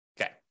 Okay